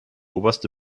oberste